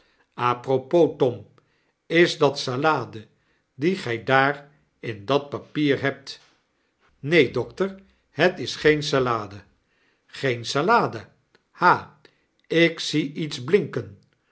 a propos tom is datsalade die gij daar in dat papier hebt neen dokter het is geen salade geen salade ha ik zie iets blinken